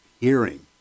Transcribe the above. hearing